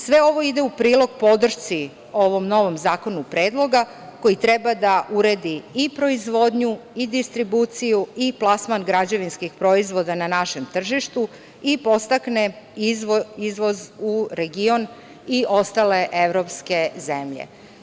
Sve ovo ide u prilog podršci ovom novom Predlogu zakona koji treba da uredi i proizvodnju i distribuciju i plasman građevinskih proizvoda na našem tržištu i podstakne izvoz u region i ostale evropske zemlje.